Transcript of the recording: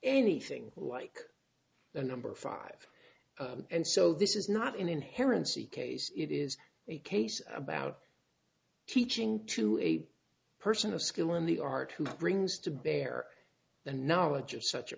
anything like the number five and so this is not an inherent see case it is a case about teaching to a person of skill in the art who brings to bear the knowledge of such a